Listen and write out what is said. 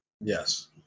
Yes